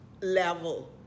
level